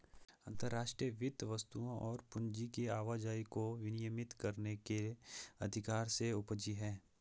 अंतर्राष्ट्रीय वित्त वस्तुओं और पूंजी की आवाजाही को विनियमित करने के अधिकार से उपजी हैं